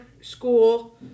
School